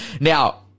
now